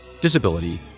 disability